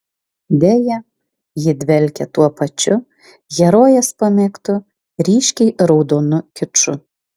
deja ji dvelkia tuo pačiu herojės pamėgtu ryškiai raudonu kiču